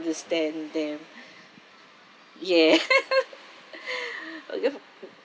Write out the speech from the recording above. understand them ya oh because of